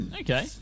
okay